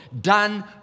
done